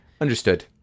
Understood